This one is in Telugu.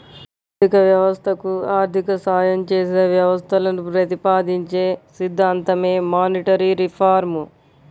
ఆర్థిక వ్యవస్థకు ఆర్థిక సాయం చేసే వ్యవస్థలను ప్రతిపాదించే సిద్ధాంతమే మానిటరీ రిఫార్మ్